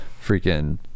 freaking